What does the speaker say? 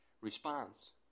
response